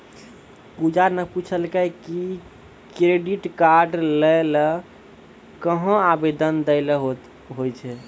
पूजा ने पूछलकै कि क्रेडिट कार्ड लै ल कहां आवेदन दै ल होय छै